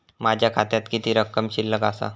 माझ्या खात्यात किती रक्कम शिल्लक आसा?